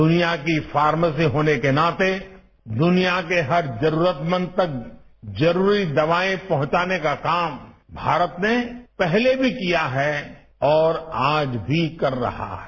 दुनिया की फार्मेसी होने के नाते दुनिया के हर जरूरतमंद तक जरूरी दवाएं पहुंचाने का काम भारत ने पहले भी किया है और आज भी कर रहा है